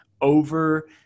over